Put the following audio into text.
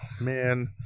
man